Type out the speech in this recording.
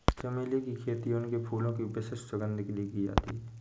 चमेली की खेती उनके फूलों की विशिष्ट सुगंध के लिए की जाती है